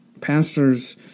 Pastors